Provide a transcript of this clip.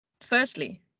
Firstly